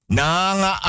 Nanga